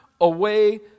away